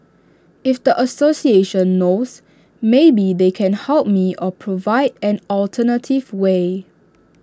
if the association knows maybe they can help me or provide an alternative way